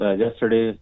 Yesterday